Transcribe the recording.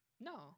No